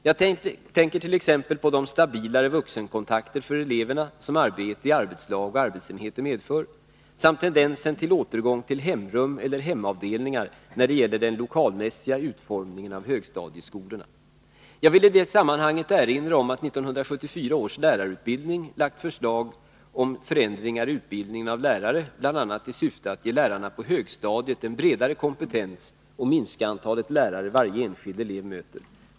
Jag tänker t.ex. på de stabilare vuxenkontakter för eleverna som arbete i arbetslag och arbetsenheter medför, samt tendensen till återgång till hemrum eller hemavdelningar när det gäller den lokalmässiga utformningen av högstadieskolorna. Jag vill i detta sammanhang erinra om att 1974 års lärarutbildning lagt fram förslag om förändringar i utbildningen av lärare, bl.a. i syfte att ge lärarna på högstadiet en bredare kompetens och minska antalet lärare varje enskild elev möter.